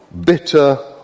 Bitter